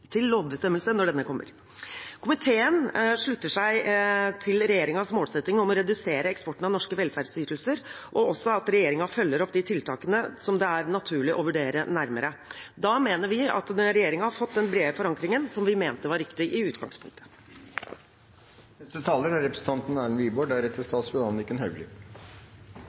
lovbestemmelse når den kommer. Komiteen slutter seg til regjeringens målsetting om å redusere eksporten av norske velferdsytelser og også at regjeringen følger opp de tiltakene som det er naturlig å vurdere nærmere. Da mener vi at regjeringen har fått den brede forankringen som vi mente var viktig i